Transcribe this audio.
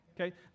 Okay